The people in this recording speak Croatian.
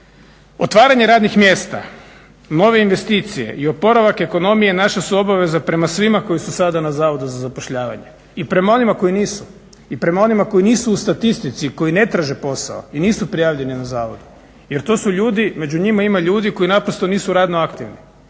Otvaranje radnih mjesta, nove investicije i oporavak ekonomije naša su obaveza prema svima koji su sada na Zavodu za zapošljavanje i prema onima koji nisu i prema onima koji nisu u statistici, koji ne traže posao i nisu prijavljeni na Zavod. Jer to su ljudi, među njima ima ljudi koji naprosto nisu radno aktivni.